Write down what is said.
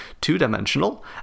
two-dimensional